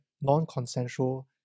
non-consensual